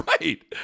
right